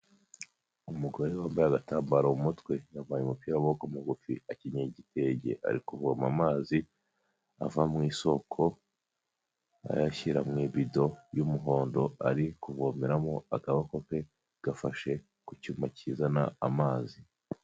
Umugore wambaye agatambaro mu mutwe, yambaye umupira w'amaboko magufi, akinyeye igitenge, ari kuvoma amazi ava mu isoko ayashyira mu ibido y'umuhondo ari kuvomeramo, akaboko ke gafashe ku cyuma kizana amazi.